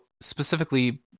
specifically